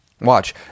Watch